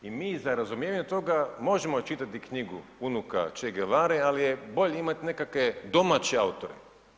I mi za razumijevanje toga možemo čitati knjigu unuka Che Guevare, ali je bolje imati nekakve domaće autore.